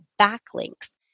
backlinks